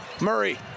Murray